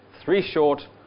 three-short